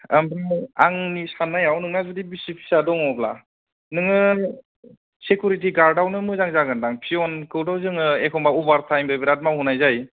ओमफाय आंनि साननायाव नोंना बिसि फिसा दङब्ला नोङो सिकिउरिटि गार्डावनो मोजां जागोन दां पियनखौथ' जों एख'नबा अभार थाएमबो बिराद मावहोनाय जायो